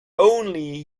only